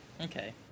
okay